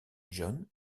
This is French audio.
john